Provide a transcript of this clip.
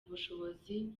ubushobozi